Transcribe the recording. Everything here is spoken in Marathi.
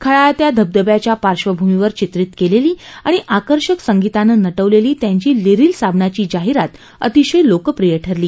खळाळत्या धबधब्याच्या पार्श्वभूमीवर चित्रित केलेली आणि आकर्षक संगीतानं नटवलेली त्यांची लिरिल साबणाची जाहिरात अतिशय लोकप्रिय ठरली